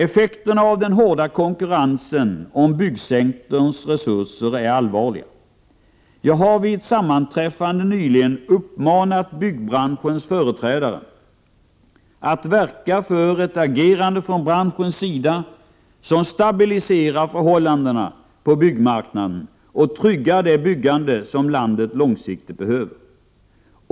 Effekterna av den hårda konkurrensen om byggsektorns resurser är allvarliga. Jag har vid ett sammanträffande nyligen uppmanat byggbranschens företrädare att verka för ett agerande från branschens sida som stabiliserar förhållandena på byggmarknaden och tryggar det byggande som landet långsiktigt behöver.